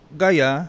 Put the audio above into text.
...gaya